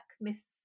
Miss